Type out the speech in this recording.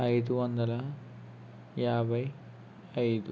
ఐదు వందల యాభై ఐదు